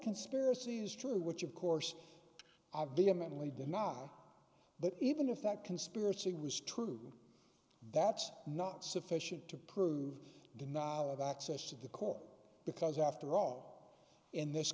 conspiracy is true which of course of the eminently did not but even if that conspiracy was true that's not sufficient to prove denial of access to the court because after all in this